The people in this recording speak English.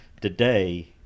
Today